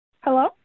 hello